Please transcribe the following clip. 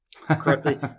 correctly